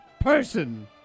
person